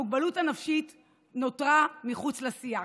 המוגבלות הנפשית נותרה מחוץ לשיח,